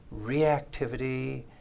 reactivity